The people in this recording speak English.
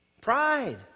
Pride